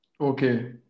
Okay